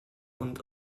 und